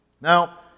Now